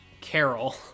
Carol